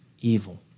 evil